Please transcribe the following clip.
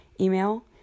email